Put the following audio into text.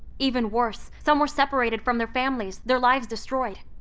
even worse, some were separated from their families, their lives destroyed.